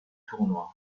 tournoi